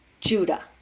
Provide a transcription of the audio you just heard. Judah